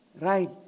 Right